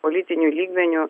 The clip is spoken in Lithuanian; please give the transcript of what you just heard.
politiniu lygmeniu